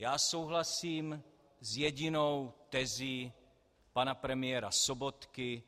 Já souhlasím s jedinou tezí pana premiéra Sobotky.